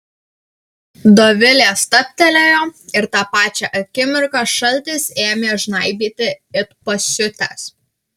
dovilė stabtelėjo ir tą pačią akimirką šaltis ėmė žnaibyti it pasiutęs